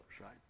right